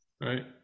Right